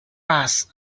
past